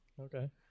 okay